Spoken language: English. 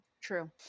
True